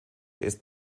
ist